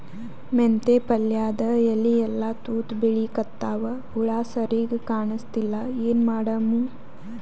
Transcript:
ಮೆಂತೆ ಪಲ್ಯಾದ ಎಲಿ ಎಲ್ಲಾ ತೂತ ಬಿಳಿಕತ್ತಾವ, ಹುಳ ಸರಿಗ ಕಾಣಸ್ತಿಲ್ಲ, ಏನ ಮಾಡಮು?